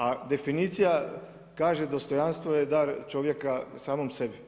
A definicija kaže dostojanstvo je dar čovjeka samom sebi.